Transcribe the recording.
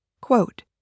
quote